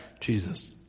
Jesus